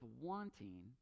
wanting